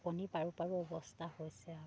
কণী পাৰো পাৰোঁ অৱস্থা হৈছে আৰু